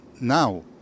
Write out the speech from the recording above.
now